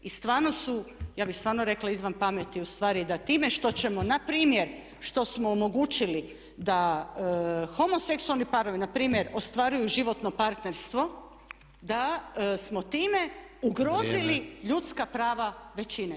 I stvarno su ja bih stvarno rekla izvan pameti ustvari da time što na primjer smo omogućili da homoseksualni parovi npr. ostvaruju životno partnerstvo da smo time ugrozili ljudska prava većine.